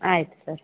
ಆಯಿತು ಸರ್